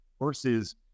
versus